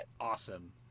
Awesome